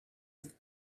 with